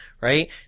right